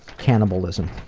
cannibalism,